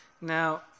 Now